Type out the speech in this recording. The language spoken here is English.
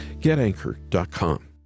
GetAnchor.com